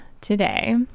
today